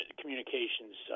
communications